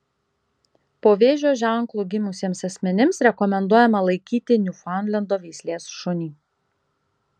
po vėžio ženklu gimusiems asmenims rekomenduojama laikyti niufaundlendo veislės šunį